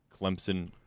Clemson